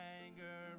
anger